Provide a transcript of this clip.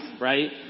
right